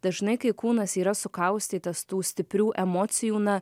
dažnai kai kūnas yra sukaustytas tų stiprių emocijų na